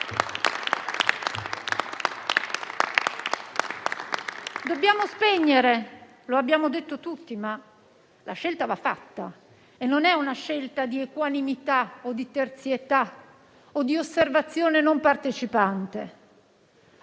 Dobbiamo spegnere: lo abbiamo detto tutti, ma la scelta va fatta e non è una scelta di equanimità, di terzietà o di osservazione non partecipante.